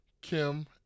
Kim